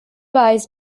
buys